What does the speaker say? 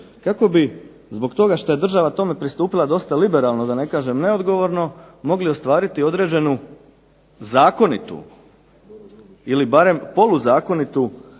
kako bi zbog toga što je država tome pristupila dosta liberalno, da ne kažem neodgovorno mogli ostvariti određenu zakonitu ili barem poluzakonitu